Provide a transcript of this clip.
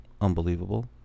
unbelievable